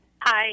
Hi